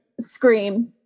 Scream